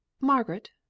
margaret